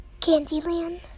Candyland